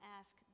ask